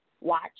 watch